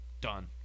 done